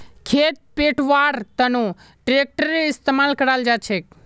खेत पैटव्वार तनों ट्रेक्टरेर इस्तेमाल कराल जाछेक